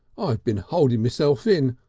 i've been holding myself in.